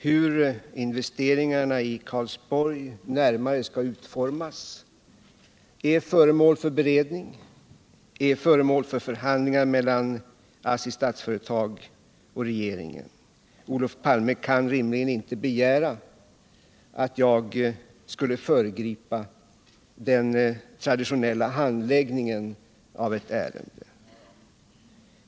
Hur investeringarna i Karlsborg närmare skall utformas är föremål för beredning och förhandlingar mellan ASSI, Statsföretag och regeringen. Olof Palme kan rimligen inte begära att jag skall föregripa den traditionella handläggningen av ett sådant här ärende.